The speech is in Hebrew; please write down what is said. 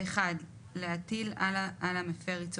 (היו"ר יוליה